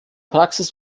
praxis